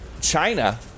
China